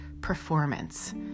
performance